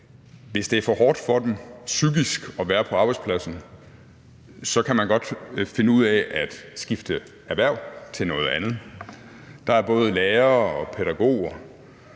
hvis det er for hårdt for dem psykisk at være på arbejdspladsen, så kan man godt finde ud af at skifte erhverv til noget andet. Der er både lærere og pædagoger